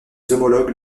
homologues